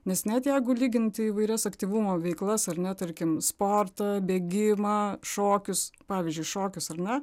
nes net jeigu lyginti įvairias aktyvumo veiklas ar ne tarkim sportą bėgimą šokius pavyzdžiui šokius ar ne